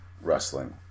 wrestling